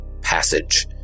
passage